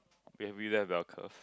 when we don't have bell curve